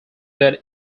then